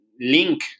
link